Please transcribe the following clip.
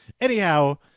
anyhow